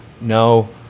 no